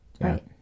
Right